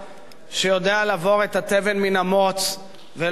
שיודע לבור את התבן מן המוץ ולא נופל